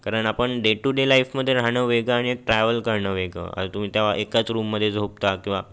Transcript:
कारण आपण day to day लाईफमध्ये राहाणं वेगं आणि एक ट्रॅव्हल करणं वेगं आता तुम्ही तेव्हा एकाच रूममध्ये झोपता किंवा